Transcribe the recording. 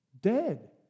Dead